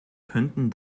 könnten